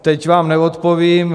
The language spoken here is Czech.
Teď vám neodpovím.